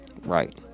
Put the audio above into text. Right